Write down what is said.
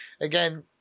again